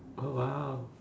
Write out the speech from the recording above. oh !wow!